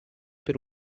per